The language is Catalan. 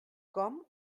com